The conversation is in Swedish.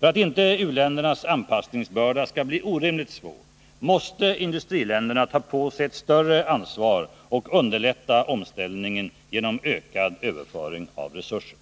För att inte u-ländernas anpassningsbörda skall bli orimligt svår måste industriländerna ta på sig ett större ansvar och underlätta omställningen genom ökad överföring av resurser.